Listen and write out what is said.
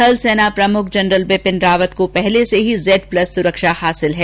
थन सेना प्रमुख जनरल बिपिन रावत को पहले से ही जैड प्लस सुरक्षा हासिल है